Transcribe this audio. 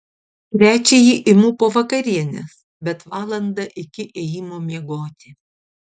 trečiąjį imu po vakarienės bet valandą iki ėjimo miegoti